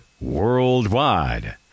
worldwide